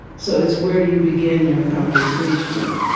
so it's where you begin your conversation.